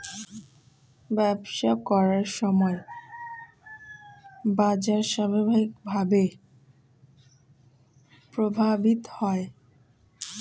ব্যবসা করার সময় বাজার স্বাভাবিকভাবেই প্রভাবিত হয়